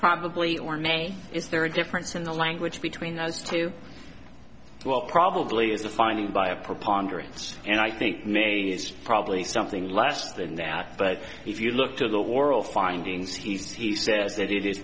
probably or may is there a difference in the language between the two will probably a defining by a preponderance and i think it's probably something less than that but if you look to the world findings he's he said that it i